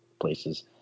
places